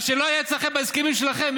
מה שלא היה אצלכם בהסכמים שלכם,